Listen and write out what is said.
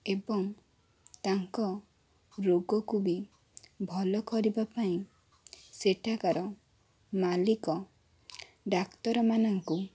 ଏବଂ ତାଙ୍କ ରୋଗକୁ ବି ଭଲ କରିବା ପାଇଁ ସେଠାକାର ମାଲିକ ଡାକ୍ତରମାନଙ୍କୁ